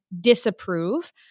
disapprove